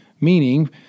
meaning